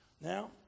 Now